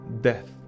death